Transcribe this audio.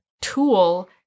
tool